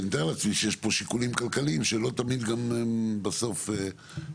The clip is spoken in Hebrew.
כי אני מתאר לעצמי שיש כאן שיקולים כלכליים שלא תמיד בסוף מתחברים.